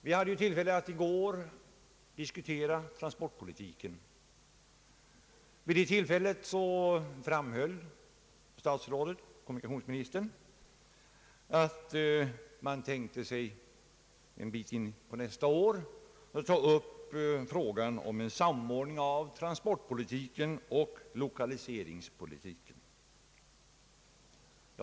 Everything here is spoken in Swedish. Vi hade tillfälle i går att diskutera transportpolitiken, och då framhöll kommunikationsministern att han tänkte sig att en bit in på nästa år ta upp frågan om samordning av trafikpolitiken och lokaliseringspolitiken.